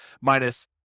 minus